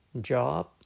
job